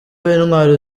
w’intwari